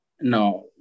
no